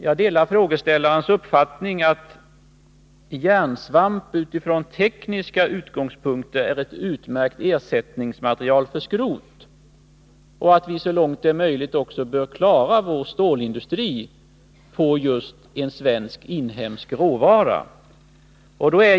Jag delar frågeställarens uppfattning att järnsvamp utifrån tekniska utgångspunkter är ett utmärkt ersättningsmaterial för skrot och att vi så långt det är möjligt också bör klara vår stålindustri med jus" inhemsk råvara.